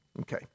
Okay